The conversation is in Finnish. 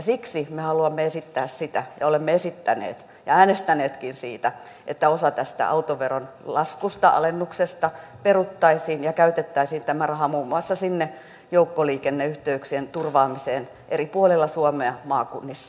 siksi me haluamme esittää sitä ja olemme esittäneet ja äänestäneetkin siitä että osa tästä autoveron laskusta alennuksesta peruttaisiin ja käytettäisiin tämä raha muun muassa sinne joukkoliikenneyhteyksien turvaamiseen eri puolilla suomea maakunnissa